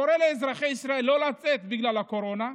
קורא לאזרחי ישראל לא לצאת בגלל הקורונה.